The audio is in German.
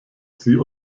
sie